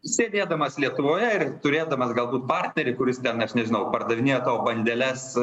sėdėdamas lietuvoje ir turėdamas galbūt partnerį kuris ten aš nežinau pardavinėja bandeles